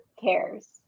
cares